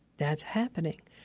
that's happening.